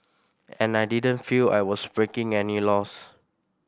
and I didn't feel I was breaking any laws